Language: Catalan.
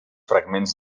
fragments